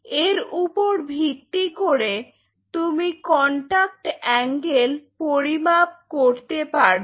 এর উপর ভিত্তি করে তুমি কন্টাক্ট অ্যাঙ্গেল পরিমাপ করতে পারবে